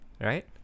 right